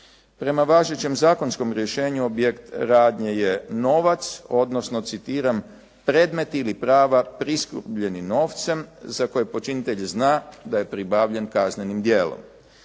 Prema važećem zakonskom rješenju objekt radnje je novac, odnosno citiram: "Predmet ili prava priskrbljenim novcem za koje počinitelj zna da je pribavljen kaznenim djelom."